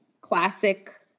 classic